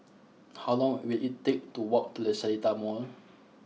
how long will it take to walk to the Seletar Mall